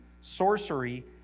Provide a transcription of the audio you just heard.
sorcery